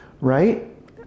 right